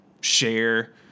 share